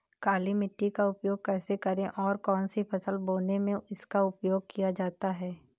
काली मिट्टी का उपयोग कैसे करें और कौन सी फसल बोने में इसका उपयोग किया जाता है?